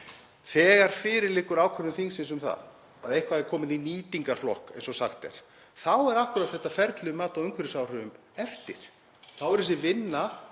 Þegar fyrir liggur ákvörðun þingsins um að eitthvað sé komið í nýtingarflokk, eins og sagt er, þá er akkúrat þetta ferli um mat á umhverfisáhrifum eftir. Þá er þessi vinna